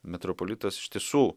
metropolitas iš tiesų